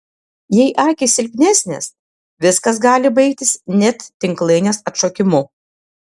jei akys silpnesnės viskas gali baigtis net tinklainės atšokimu